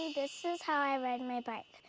this is how i ride my bike.